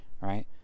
right